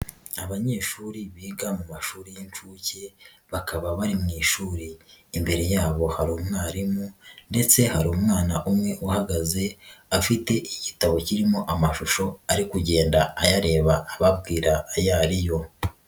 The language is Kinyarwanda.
Abanyeshuri biga mu mashuri y'inshuke bakaba bari mu ishuri, imbere yabo hari umwarimu ndetse hari umwana umwe uhagaze afite igitabo kirimo amashusho ari kugenda ayareba ababwira ayo ari yo.